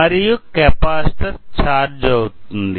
మరియు capacitor charge అవుతుంది